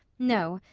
no,